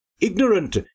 Ignorant